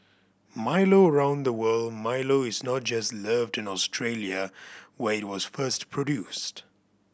Milo around the world Milo is not just loved in Australia where it was first produced